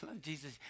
Jesus